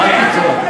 מה פתאום?